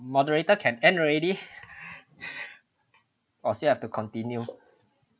moderator can end already or still have to continue